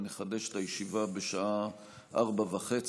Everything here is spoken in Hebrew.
נחדש את הישיבה בשעה 16:30,